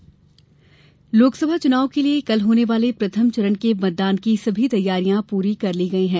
चुनाव तैयारी लोकसभा चुनाव के लिए कल होने वाले प्रथम चरण के मतदान की सभी तैयारियां पूरी कर ली गई हैं